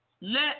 let